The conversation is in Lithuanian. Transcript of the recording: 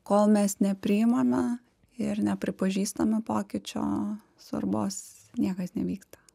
kol mes nepriimame ir nepripažįstame pokyčio svarbos niekas nevyksta